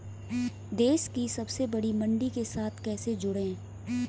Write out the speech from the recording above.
देश की सबसे बड़ी मंडी के साथ कैसे जुड़ें?